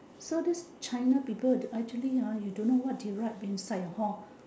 so these china people they actually ah you don't know what they write inside hor